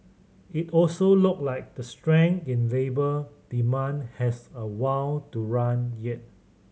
it also look like the strength in labour demand has a while to run yet